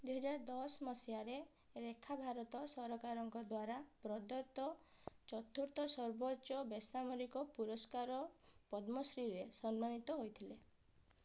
ଦୁଇ ହାଜରେ ଦଶ ମସିହାରେ ରେଖା ଭାରତ ସରକାରଙ୍କ ଦ୍ୱାରା ପ୍ରଦତ୍ତ ଚତୁର୍ଥ ସର୍ବୋଚ୍ଚ ବେସାମରିକ ପୁରସ୍କାର ପଦ୍ମଶ୍ରୀରେ ସମ୍ମାନିତ ହୋଇଥିଲେ